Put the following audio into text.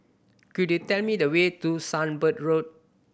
could you tell me the way to Sunbird Road